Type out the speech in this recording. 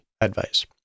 advice